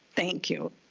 thank you.